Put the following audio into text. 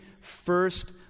first